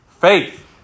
faith